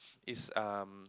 is um